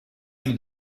anni